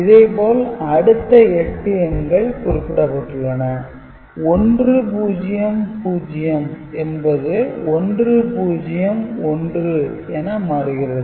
இதே போல் அடுத்த 8 எண்கள் குறிப்பிடப்பட்டுள்ளன 100 என்பது 101 என மாறுகிறது